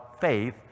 faith